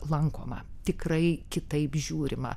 lankoma tikrai kitaip žiūrima